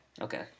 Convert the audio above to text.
Okay